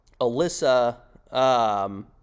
Alyssa